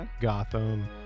Gotham